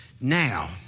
Now